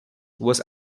was